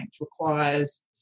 requires